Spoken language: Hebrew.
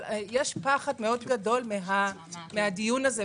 אבל יש פחד גדול מאוד מן הדיון הזה,